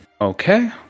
Okay